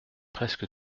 presque